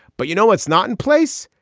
but, you know, it's not in place.